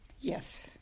Yes